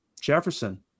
Jefferson